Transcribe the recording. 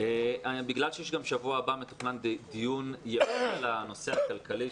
בגלל שגם בשבוע הבא מתוכנן דיון ייעודי על הנושא הכלכלי,